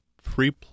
free